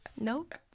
Nope